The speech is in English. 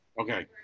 okay